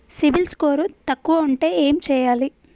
CIBIL score తక్కువ ఉంటే ఏం చేయాలి?